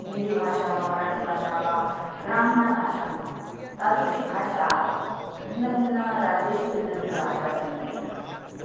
हिन्दीभाषा वा मराठीभाषा वा ग्रामीणभाषा तादृशी भाषा भिन्नभिन्नराज्येषु भिन्नभिन्नभाषाः सन्ति